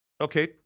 Okay